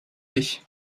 dich